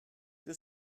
que